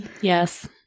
Yes